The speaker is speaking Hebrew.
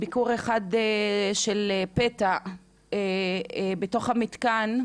אחד מהם היה ביקור פתע בתוך המתקן,